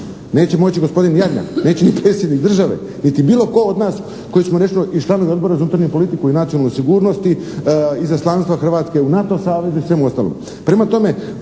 Neće moći gospodin Jarnjak, neće ni Predsjednik države, niti bilo tko od nas koji smo recimo i članovi Odbora za unutarnju politiku i nacionalnu sigurnosti, Izaslanstva Hrvatske u NATO savezu i svemu ostalome.